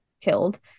killed